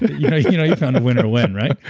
you know you know you found a winner when, right?